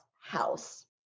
house